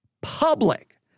public